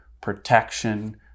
protection